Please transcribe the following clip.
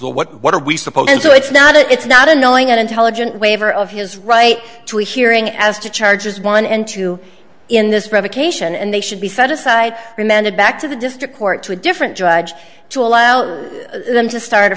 what what what are we supposed to it's not it's not a knowing and intelligent waiver of his right to a hearing as to charges one and two in this revocation and they should be set aside remanded back to the district court to a different judge to allow them to start a